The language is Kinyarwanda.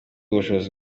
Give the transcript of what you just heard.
ubushobozi